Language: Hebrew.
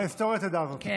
ההיסטוריה תדע זאת.